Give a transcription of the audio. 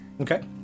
Okay